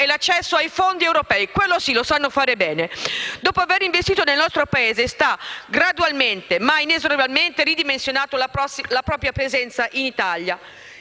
e l'accesso ai fondi europei (quello sì, lo sanno fare bene). Dopo aver investito nel nostro Paese, Ericsson sta gradualmente, ma inesorabilmente ridimensionando la propria presenza in Italia.